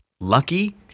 lucky